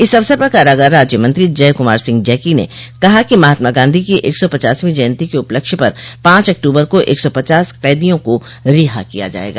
इस अवसर पर कारागार राज्य मंत्री जय कुमार सिंह जैकी ने कहा कि महात्मा गांधी की एक सौ पचासवीं जयन्ती के उपलक्ष्य पर पांच अक्टूबर को एक सौ पचास कैदियों को रिहा किया जायेगा